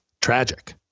tragic